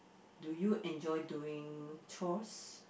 do you enjoy doing chores